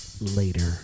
later